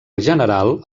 general